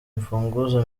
imfunguzo